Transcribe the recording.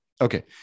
Okay